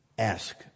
Ask